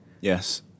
Yes